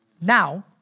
Now